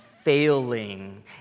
failing